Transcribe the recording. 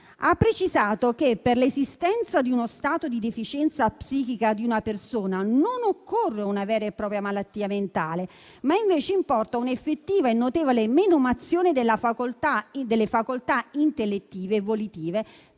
ha precisato che, per l'esistenza di uno stato di deficienza psichica di una persona, non occorra una vera e propria malattia mentale, ma basti un'effettiva e notevole menomazione delle facoltà intellettive e volitive,